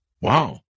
Wow